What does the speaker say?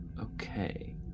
Okay